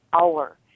hour